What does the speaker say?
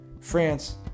France